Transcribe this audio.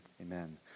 amen